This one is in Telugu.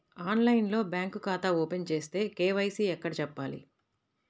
ఆన్లైన్లో బ్యాంకు ఖాతా ఓపెన్ చేస్తే, కే.వై.సి ఎక్కడ చెప్పాలి?